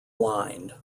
lined